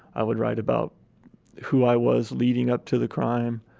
i would write about who i was leading up to the crime.